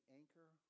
anchor